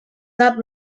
not